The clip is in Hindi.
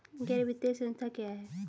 गैर वित्तीय संस्था क्या है?